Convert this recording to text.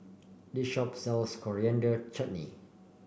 this shop sells Coriander Chutney